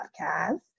podcast